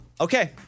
Okay